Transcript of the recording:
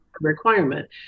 requirement